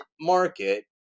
market